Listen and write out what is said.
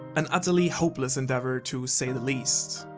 an utterly hopeless endeavor, to say the least.